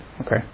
Okay